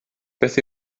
beth